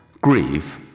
grief